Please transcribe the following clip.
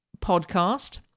podcast